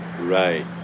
Right